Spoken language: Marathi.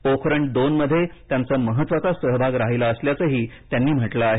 पोखरण दोनमध्ये त्यांचा महत्वाचा सहभाग राहिलाअसल्याचं त्यांनी म्हटलं आहे